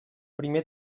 primer